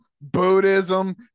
buddhism